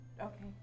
Okay